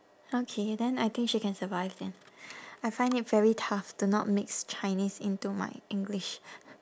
okay then I think she can survive then I find it very tough to not mix chinese into my english